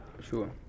sure